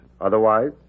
Otherwise